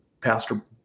Pastor